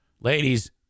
Ladies